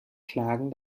klagen